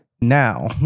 now